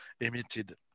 emitted